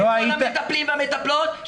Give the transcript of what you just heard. לכל המטפלים והמטפלות,